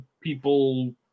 people